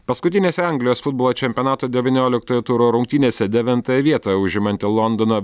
paskutinėse anglijos futbolo čempionato devynioliktojo turo rungtynėse devintąją vietą užimanti londono